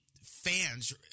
fans –